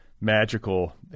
magical